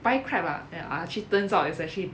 buy crab ah then ah actually turns out it's actually